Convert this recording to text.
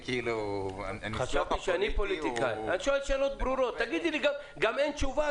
אני שואל שאלות ברורות וגם "אין תשובה",